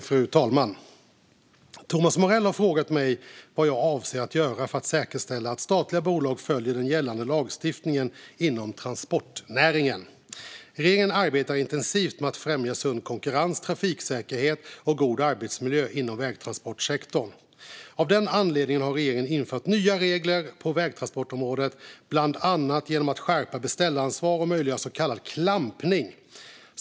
Fru talman! Thomas Morell har frågat mig vad jag avser att göra för att säkerställa att statliga bolag följer den gällande lagstiftningen inom transportnäringen. Regeringen arbetar intensivt med att främja sund konkurrens, trafiksäkerhet och en god arbetsmiljö inom vägtransportsektorn. Av den anledningen har regeringen infört nya regler på vägtransportområdet bland annat genom att skärpa beställaransvar och möjliggöra så kallad klampning.